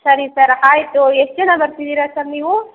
ಸರಿ ಸರ್ ಆಯ್ತು ಎಷ್ಟು ಜನ ಬರ್ತಿದ್ದೀರಾ ಸರ್ ನೀವು